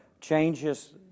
changes